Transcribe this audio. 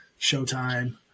showtime